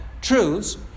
truths